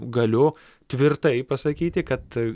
galiu tvirtai pasakyti kad